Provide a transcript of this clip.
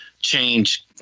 change